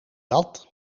dat